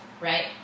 right